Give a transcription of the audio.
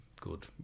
good